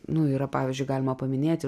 nuo yra pavyzdžiui galima paminėti